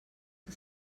que